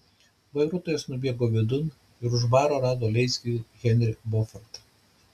vairuotojas nubėgo vidun ir už baro rado leisgyvį henrį bofortą